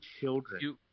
children